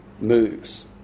moves